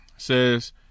says